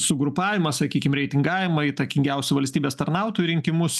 sugrupavimą sakykim reitingavimą įtakingiausių valstybės tarnautojų rinkimus